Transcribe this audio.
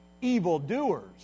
evildoers